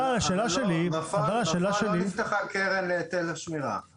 אבל בפועל לא נפתחה קרן להיטל השמירה.